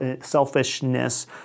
selfishness